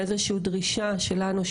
איזו שהיא דרישה שלנו,